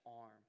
arm